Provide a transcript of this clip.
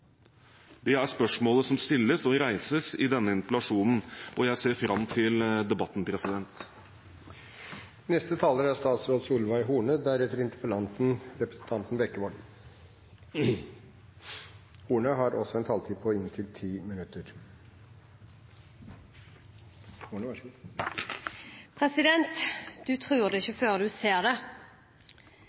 Dette er spørsmålet som stilles og reises i denne interpellasjonen. Jeg ser fram til debatten. Man tror det ikke før man ser det.